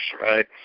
right